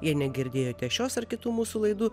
jei negirdėjote šios ar kitų mūsų laidų